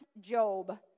Job